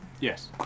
Yes